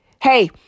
hey